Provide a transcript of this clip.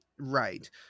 right